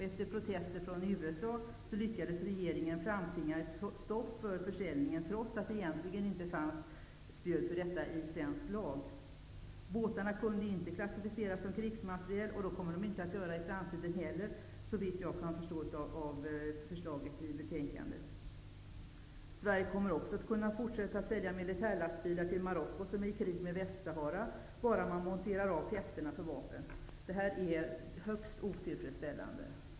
Efter protester från USA lyckades regeringen framtvinga ett stopp för försäljningen, trots att det egentligen inte fanns stöd för detta i svensk lag. Båtarna kunde inte klassifieras som krigsmateriel, och det kommer de inte att kunna göras i framtiden heller såvitt jag förstår av förslaget i betänkandet. Sverige kommer också att kunna fortsätta sälja militärlastbilar till Marocko -- som är i krig med Västsahara -- bara man monterar av fästena för vapen. Detta är högst otillfredsställande.